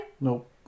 Nope